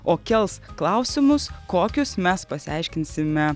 o kels klausimus kokius mes pasiaiškinsime